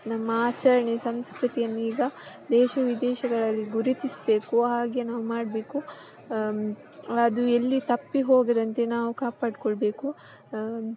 ನಮ್ಮ ಆಚರ್ಣೆ ಸಂಸ್ಕೃತಿಯನ್ನೀಗ ದೇಶ ವಿದೇಶಗಳಲ್ಲಿ ಗುರುತಿಸ್ಬೇಕು ಹಾಗೆ ನಾವು ಮಾಡಬೇಕು ಅದು ಎಲ್ಲಿ ತಪ್ಪಿಹೋಗದಂತೆ ನಾವು ಕಾಪಾಡಿಕೊಳ್ಬೇಕು